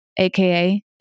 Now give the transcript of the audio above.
aka